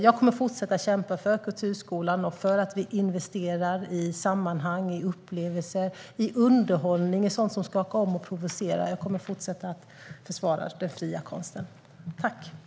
Jag kommer att fortsätta att kämpa för kulturskolan och för att vi investerar i sammanhang, upplevelser och underhållning - sådant som skakar om och provocerar. Jag kommer att fortsätta att försvara den fria konsten.